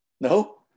No